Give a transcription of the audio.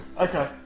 Okay